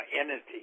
entity